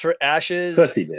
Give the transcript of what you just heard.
Ashes